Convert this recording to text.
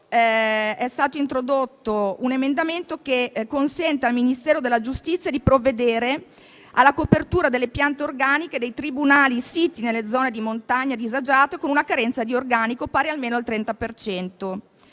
è stato introdotto un emendamento che consente al Ministero della giustizia di provvedere alla copertura delle piante organiche dei tribunali siti nelle zone di montagna disagiate con una carenza di organico pari almeno al 30